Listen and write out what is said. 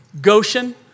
Goshen